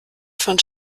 von